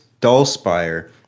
Dullspire